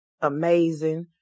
amazing